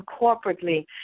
corporately